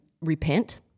repent